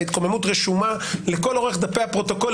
ההתקוממות רשומה לכל אורך דפי הפרוטוקול,